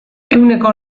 ehuneko